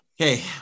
Okay